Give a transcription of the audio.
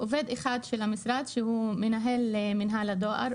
עובד אחד של המשרד שהוא מנהל מינהל הדואר,